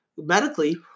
medically